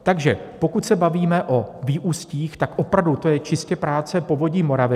Takže pokud se bavíme o výustích, tak opravdu to je čistě práce Povodí Moravy.